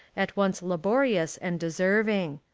at once laborious and deserving.